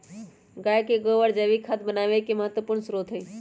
गाय के गोबर जैविक खाद बनावे के एक महत्वपूर्ण स्रोत हई